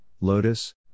lotus